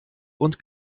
und